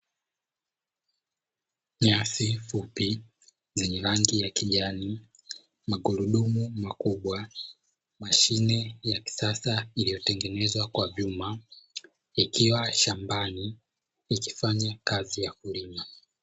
Nyasi fupi zenye rangi ya kijani, magurudumu makubwa, mashine ya kisasa iliyotengenezwa kwa vyuma ikiwa shambani ikifanya kazi ya kulima.